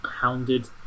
hounded